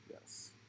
Yes